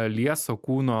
lieso kūno